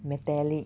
metallic